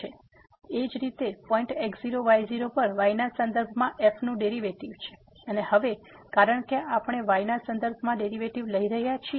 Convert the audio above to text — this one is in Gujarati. એ જ રીતે પોઈન્ટ x0y0 પર y ના સંદર્ભમાં f નું ડેરીવેટીવ અને હવે કારણ કે આપણે y ના સંદર્ભમાં ડેરીવેટીવ લઈ રહ્યા છીએ